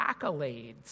accolades